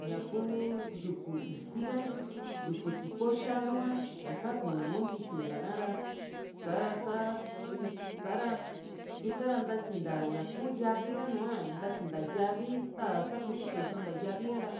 ña kuu yuku isi ka yuku tiko xanu ka ñaka kuu nuu ntituña ha´ra sa sa´ra ikara ntasinta ñaku yavi ha nua ntasinta yavi ta sakutu tuu sonta yavii ka ra